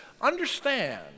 understand